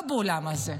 לא באולם הזה.